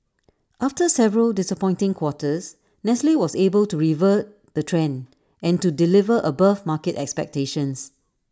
after several disappointing quarters nestle was able to revert the trend and to deliver above market expectations